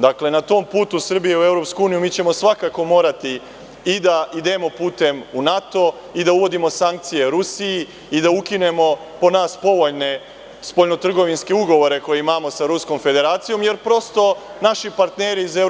Dakle, na tom putu Srbije u EU mi ćemo svakako morati i da idemo putem u NATO i da uvodimo sankcije Rusiji i da ukinemo po nas povoljne spoljnotrgovinske ugovore koje imamo sa Ruskom Federacijom, jer prosto naši partneri iz EU